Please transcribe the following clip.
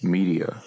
Media